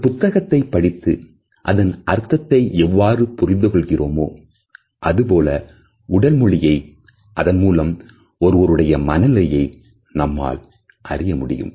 ஒரு புத்தகத்தை படித்து அதன் அர்த்தத்தை எவ்வாறு புரிந்து கொள்கிறோமோ அதுபோல உடல் மொழியை அதன்மூலம் ஒருவருடைய மன நிலையை நம்மால் அறிய முடியும்